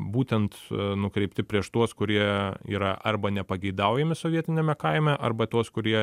būtent nukreipti prieš tuos kurie yra arba nepageidaujami sovietiniame kaime arba tuos kurie